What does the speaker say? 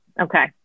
Okay